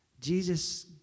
Jesus